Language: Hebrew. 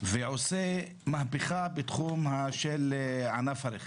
ועושה מהפכה בתחום ענף הרכב.